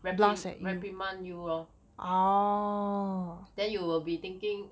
reprim~ reprimand you lor then you will be thinking